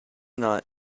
not